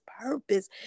purpose